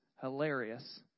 hilarious